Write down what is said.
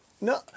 No